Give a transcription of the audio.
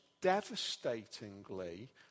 devastatingly